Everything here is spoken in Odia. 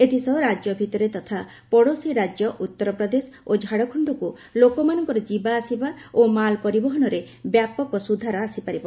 ଏଥିସହ ରାଜ୍ୟ ଭିତରେ ତଥା ପଡ଼ୋଶୀ ରାଜ୍ୟ ଉତ୍ତରପ୍ରଦେଶ ଓ ଝାଡ଼ଖଣ୍ଡକୁ ଲୋକମାନଙ୍କ ଯିବାଆସିବା ଓ ମାଲ୍ ପରିବହନରେ ବ୍ୟାପକ ସୁଧାର ଆସିପାରିବ